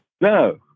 No